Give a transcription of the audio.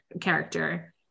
character